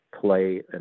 play